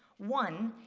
one,